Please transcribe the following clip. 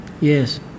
Yes